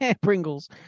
Pringles